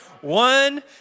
One